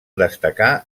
destacar